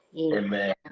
Amen